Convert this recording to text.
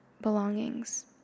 belongings